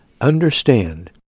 Understand